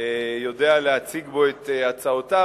יודע להציג בו את הצעותיו,